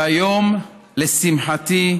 והיום, לשמחתי,